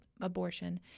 abortion